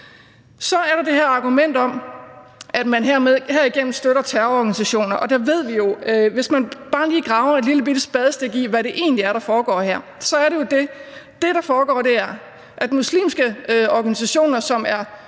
Så er der det her argument om, at man herigennem støtter terrororganisationer. Og der ved vi jo – hvis man bare lige graver et lillebitte spadestik i, hvad der egentlig foregår her – at det, der foregår, er, at muslimske organisationer, som er